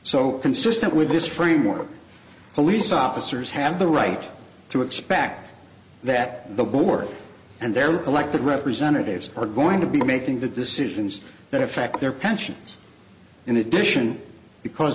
so consistent with this framework police officers have the right to expect that the board and their elected representatives are going to be making the decisions that affect their pensions in addition because